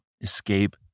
escape